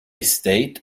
stayed